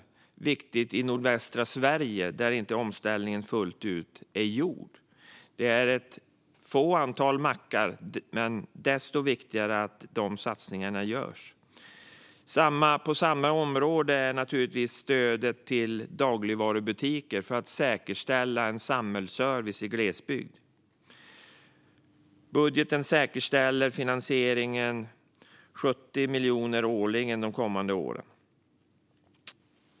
Detta är viktigt i nordvästra Sverige, där omställningen inte är gjord fullt ut. Det rör sig om ett litet antal mackar, men det är desto viktigare att satsningarna görs. Inom samma område finns naturligtvis stödet till dagligvarubutiker för att säkerställa en samhällsservice i glesbygd. Budgeten säkerställer en finansiering på 70 miljoner årligen de kommande åren.